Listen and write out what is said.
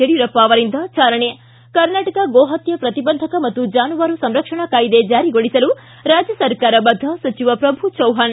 ಯಡಿಯೂರಪ್ಪ ಅವರಿಂದ ಚಾಲನೆ ಕರ್ನಾಟಕ ಗೋಹತ್ಯೆ ಪ್ರತಿಬಂಧಕ ಮತ್ತು ಜಾನುವಾರು ಸಂರಕ್ಷಣಾ ಕಾಯ್ದೆ ಜಾರಿಗೊಳಿಸಲು ರಾಜ್ಯ ಸರ್ಕಾರ ಬದ್ಧ ಸಚಿವ ಪ್ರಭು ಚವ್ವಾಣ